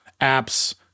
apps